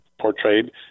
portrayed